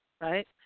right